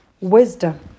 wisdom